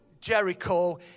Jericho